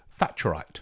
Thatcherite